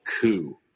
coup